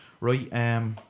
Right